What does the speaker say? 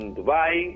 Dubai